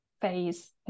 phase